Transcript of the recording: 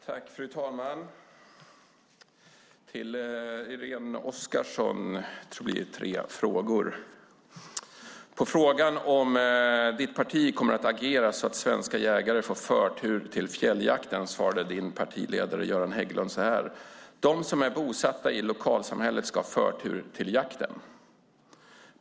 Fru talman! Jag har tre frågor till Irene Oskarsson. På frågan om ditt parti kommer att agera så att svenska jägare får förtur till fjälljakten svarade din partiledare Göran Hägglund så här: De som är bosatta i lokalsamhället ska ha förtur till jakten.